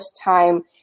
time